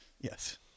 Yes